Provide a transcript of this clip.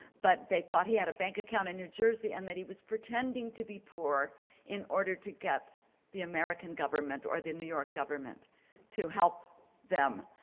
but they thought he had a bank account in new jersey and that he was pretending to be poor in order to get the american government or the new york government to help them.